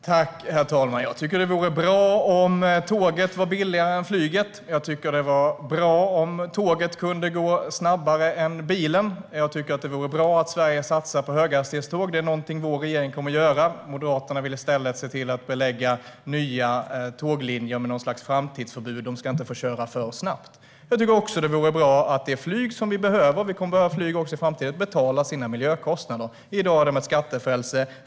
Herr talman! Jag tycker att det vore bra om tåget var billigare än flyget. Jag tycker att det vore bra om tåget kunde gå snabbare än bilen. Och jag tycker att det vore bra om Sverige satsade på höghastighetståg. Det är någonting som vår regering kommer att göra. Moderaterna vill i stället se till att belägga nya tåglinjer med något slags framtidsförbud. Tågen ska inte få köra för snabbt. Jag tycker också att det vore bra om det flyg som vi behöver - vi kommer att behöva flyg också i framtiden - betalar sina miljökostnader. I dag är det ett skattefrälse.